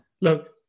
Look